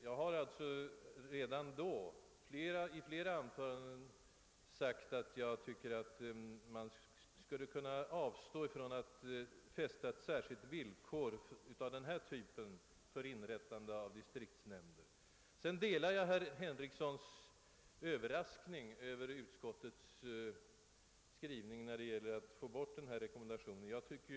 Jag har alltså redan inom utredningen — i flera anföranden — framhållit att man borde kunna avstå från att uppställa ett särskilt villkor av den typ vi nu diskuterar för inrättande av distriktsnämnder. Jag delar herr Henriksons överraskning över utskottets skrivning när det gäller att få bort den rekommendation som motionärerna aktualiserat.